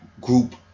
group